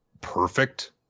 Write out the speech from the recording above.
perfect